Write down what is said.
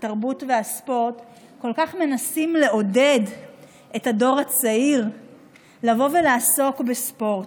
התרבות והספורט כל כך מנסים לעודד את הדור הצעיר לבוא ולעסוק בספורט,